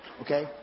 Okay